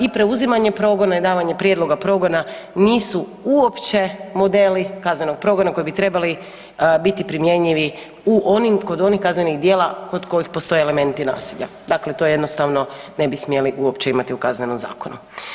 I preuzimanje progona i davanje prijedloga progona nisu uopće modeli kaznenog progona koji bi trebali biti primjenjivi kod onih kaznenih djela kod kojih postoje elementi nasilja, dakle to jednostavno ne bi smjeli uopće imati u Kaznenom zakonu.